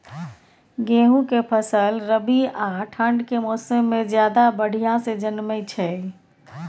गेहूं के फसल रबी आ ठंड के मौसम में ज्यादा बढ़िया से जन्में छै?